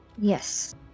Yes